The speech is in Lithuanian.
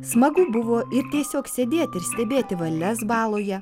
smagu buvo ir tiesiog sėdėti ir stebėti varles baloje